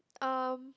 um